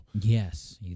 Yes